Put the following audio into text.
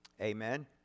Amen